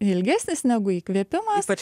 ilgesnis negu įkvėpimas